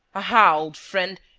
aha, old friend!